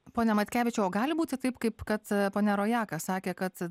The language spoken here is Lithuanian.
pone matkevičiau o gali būti taip kaip kad ponia rojaka sakė kad